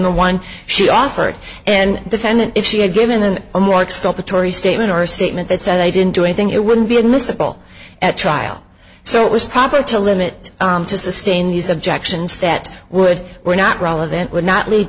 the one she offered and defendant if she had given and a more extent the tory statement or a statement that said i didn't do anything it wouldn't be admissible at trial so it was proper to limit to sustain these objections that would were not relevant would not lead